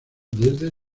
desde